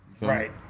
Right